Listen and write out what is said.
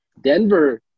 Denver